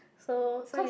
so because